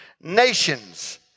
nations